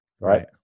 Right